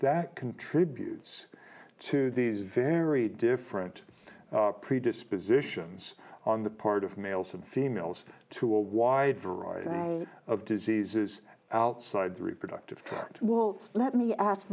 that contributes to these very different predispositions on the part of males and females to a wide variety of diseases outside the reproductive will let me ask